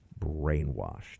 brainwashed